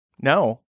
No